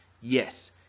yes